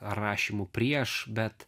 rašymu prieš bet